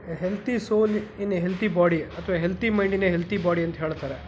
A healthy soul in a healthy body ಅಥವಾ healthy mind in a healthy body ಅಂತ ಹೇಳ್ತಾರೆ